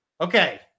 Okay